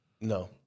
No